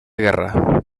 guerra